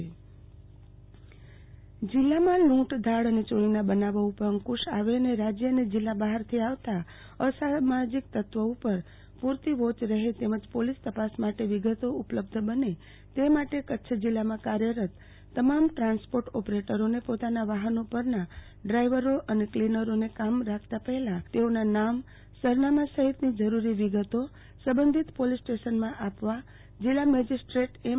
આરતીબેન ભદ્દ જિલ્લા ડ્રાઈવર ક્લિનરોની નોંધણી જિલ્લામાં લૂં દ્ર ધાડ અને ચોરીના બનાવો ઉપર અંકુશ આવે અને રાજય અને જિલ્લા બહારથી આવતા અસામાજીક તત્વી ઉપર પૂ રતી વોય રહે તેમજ પોલિસ તપાસ માટે વિગતો ઉપલબ્ધ બને તે માટે કચ્છ જિલ્લામાં કાર્યરત તમામ ટ્રાન્સપોર્ટ ઓપરેટરોને પોતાના વાહનો પરના ડ્રાયવરોકલીનરોને કામે રાખતા પહેલા તેઓના નામ સરનામા સહિતની જરૂરી વિગતો સંબંધિત પોલિસ સ્ટેશનમાં આપવા જિલ્લા મેજિસ્ટ્રેટશ્રી એમ